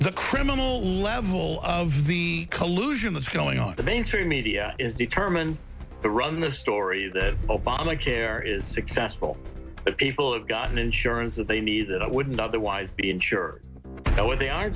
the criminal level of the collusion that's going on the mainstream media is determined to run the story that obama care is successful people have gotten insurance that they need that i wouldn't otherwise insure that what they are